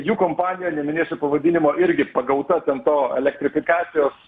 jų kompanija neminėsiu pavadinimo irgi pagauta ten to elektrifikacijos